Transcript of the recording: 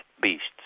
beasts